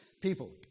people